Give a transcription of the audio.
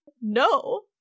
no